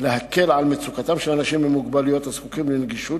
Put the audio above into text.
להקל על מצוקתם של אנשים עם מוגבלויות הזקוקים לנגישות,